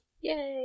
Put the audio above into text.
Yay